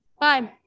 Bye